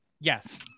Yes